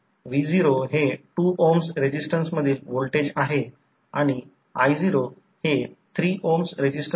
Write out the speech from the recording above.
आता जर मला या सप्लायसारखाच इक्विवलेंट रेजिस्टन्स ठेवायचा असेल तर समजा प्रायमरी साईडला समजा येथे रेजिस्टन्स आहे